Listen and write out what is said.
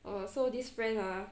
!wah! so this friend ah